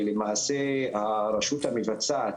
למעשה הרשות המבצעת,